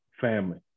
Family